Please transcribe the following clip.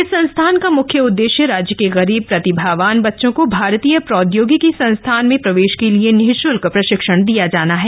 इस संस्थान का मुख्य उददेश्य राज्य के गरीब प्रतिभावान बच्चों को भारतीय प्रौद्योगिकी संस्थान में प्रवेश के लिए निश्ल्क प्रशिक्षण दिया जाना है